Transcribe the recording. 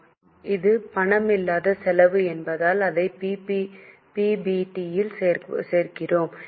ஆம் இது பணமில்லாத செலவு என்பதால் அதை பிபிடி யில் சேர்க்கிறோம்